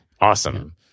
Awesome